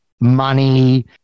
money